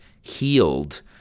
healed